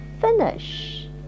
finish